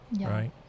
right